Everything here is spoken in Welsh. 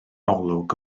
olwg